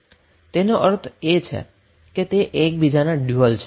તેનો અર્થ એ છે કે તે એકબીજાના ડયુઅલ છે